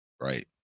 right